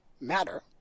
matter